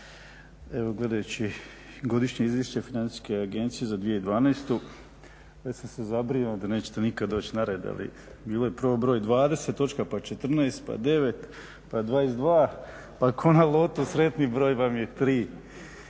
Evo gledajući Godišnje izvješće Financijske agencije za 2012. već sam se zabrinuo da nećete nikad doći na red, ali bio je prvo broj 20 točka, pa 14, pa 9, pa 22, pa ko na lotu sretni broj vam je 3.